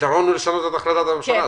הפתרון הוא לשנות את החלטת הממשלה.